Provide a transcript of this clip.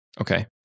Okay